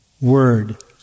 Word